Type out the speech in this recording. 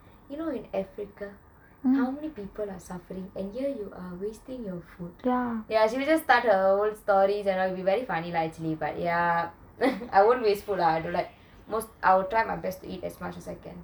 you know in africa how many people are suffering and here you are wasting your food she would just start her whole story and it would be very funny lah I will not waste food lah I will try to eat as much as I can